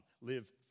Live